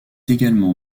également